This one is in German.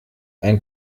ein